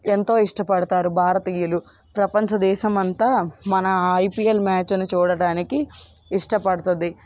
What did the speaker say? ఎంతో ఇష్టపడతారు భారతీయులు ప్రపంచ దేశం అంతా మన ఐపీఎల్ మ్యాచ్ని చూడడానికి ఇష్టపడుతుంది